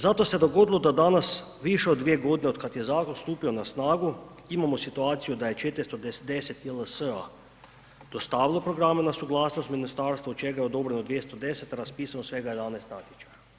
Zato se dogodilo da danas više od 2.g. otkad je zakon stupio na snagu imamo situaciju da je 410 JLS-a dostavilo programe na suglasnost ministarstvu, od čega je odobreno 210, raspisano svega 11 natječaja.